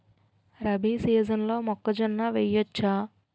రబీ సీజన్లో మొక్కజొన్న వెయ్యచ్చా?